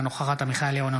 אינה נוכחת עמיחי אליהו,